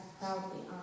proudly